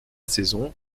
saison